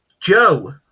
Joe